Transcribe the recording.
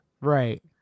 right